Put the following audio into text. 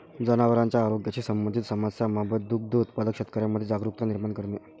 जनावरांच्या आरोग्याशी संबंधित समस्यांबाबत दुग्ध उत्पादक शेतकऱ्यांमध्ये जागरुकता निर्माण करणे